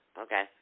Okay